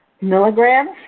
milligrams